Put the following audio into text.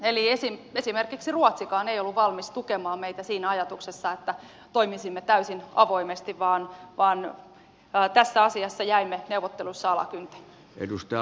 eli esimerkiksi ruotsikaan ei ollut valmis tukemaan meitä siinä ajatuksessa että toimisimme täysin avoimesti vaan tässä asiassa jäimme neuvotteluissa alakynteen